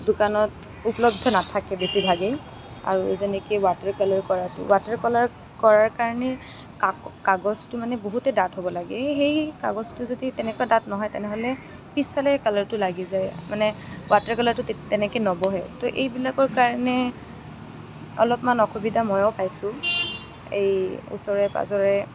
দোকানত উপলব্ধ নাথাকে বেছিভাগেই আৰু যেনেকৈ ৱাটাৰ কালাৰ কৰাটো ৱাটাৰ কালাৰ কৰাৰ কাৰণে কাগজটো মানে বহুতেই ডাঠ হ'ব লাগে এই সেই কাগজটো যদি তেনেকুৱা ডাঠ নহয় তেনেহ'লে পিছফালে কালাৰটো লাগি যায় মানে ৱাটাৰ কালাৰটো তেনেকৈ নবহে তো এইবিলাকৰ কাৰণে অলপমান অসুবিধা ময়ো পাইছোঁ এই ওচৰে পাঁজৰে